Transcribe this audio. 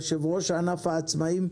יו"ר ענף העצמאים,